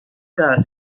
que